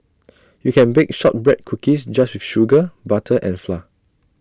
you can bake Shortbread Cookies just with sugar butter and flour